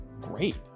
great